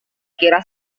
kira